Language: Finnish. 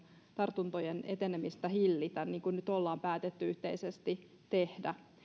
tartuntojen etenemistä hillitä niin kuin nyt on päätetty yhteisesti tehdä